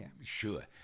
sure